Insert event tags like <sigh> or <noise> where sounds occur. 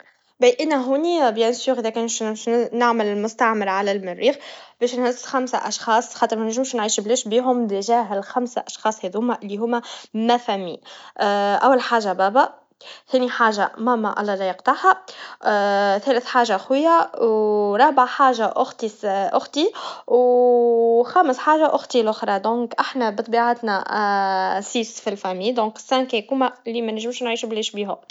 بأنا هني بكل نأكيد إذا كان بنش- بنمشوا نعمل مستعمرا على المريخ, باش نهز خمسا أشخاص, خاطر ما ننجم نعيش بلاش بيهم, بالفعل الخمسة أشخاص اللي هما, عائلتي, أول حاجا بابا, تاني حاجا ماما الله لا يقطعها, ثالث حاجا أخويا, ورابع حاجا أختي الس- أختي, و <hesitation> خامس حاجا أختي الاخرى, إذاً إحنا بطبيعتنا, <hesitation> أساس ف العائلا, إذا الخمسة الأشخاص ما ننجمش نعيشوا بلاش بيهم.